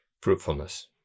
fruitfulness